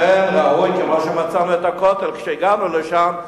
כמו שמצאנו את הכותל כשהגענו לשם,